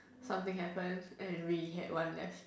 something happens and we had one less